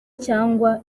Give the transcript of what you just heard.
cyangwa